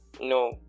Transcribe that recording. No